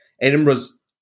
Edinburgh's